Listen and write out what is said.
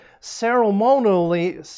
ceremonially